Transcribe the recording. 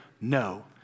no